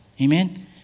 Amen